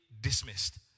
dismissed